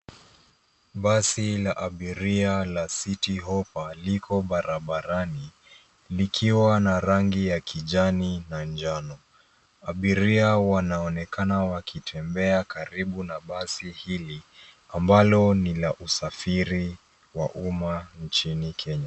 Basi la abiria la City Hoppa liko barabarani likiwa na rangi ya kijani na njano. Abiria wanaonekana wakitembea karibu na basi hili ambalo ni la usafiri wa umma nchini Kenya.